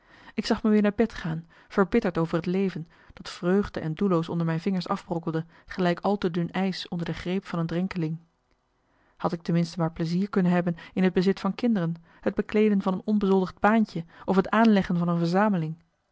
ik zag me weer naar bed gaan verbitterd over het leven dat vreugde en doelloos onder mijn vingers afbrokkelde gelijk al te dun ijs onder de greep van een drenkeling had ik ten minste maar plezier kunnen hebben in het bezit van kinderen het bekleeden van een onbezoldigd baantje of het aanleggen van een verzameling